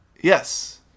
yes